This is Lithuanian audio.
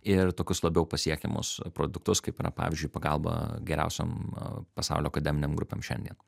ir tokius labiau pasiekiamus produktus kaip yra pavyzdžiui pagalba geriausiom pasaulio akademinėm grupėm šiandien